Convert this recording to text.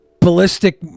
ballistic